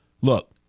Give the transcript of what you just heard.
Look